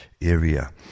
area